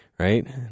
right